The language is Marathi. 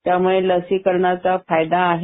त्यामुळे लसीकरणाचा फायदा आहे